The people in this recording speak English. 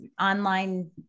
online